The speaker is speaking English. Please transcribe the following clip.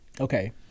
okay